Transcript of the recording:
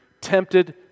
tempted